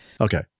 Okay